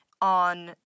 on